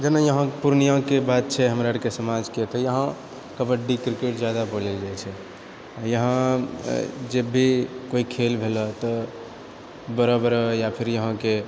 जेना यहाँ पूर्णियाँके बात छै हमरा आरके समाजके तऽ यहाँ कबड्डी क्रिकेट जादा बोलल जाइत छै यहाँ जब भी कोइ खेल भेलह तऽ बड़ा बड़ा या फिर यहाँकेँ